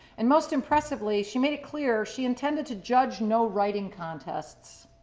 and most impressively she made it clear she intended to judge no writing contests.